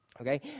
Okay